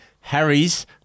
Harry's